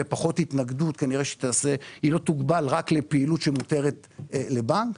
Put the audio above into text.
תהיה פחות התנגדות וכנראה היא לא תוגבל רק לפעילות שמותרת לבנק.